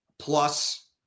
Plus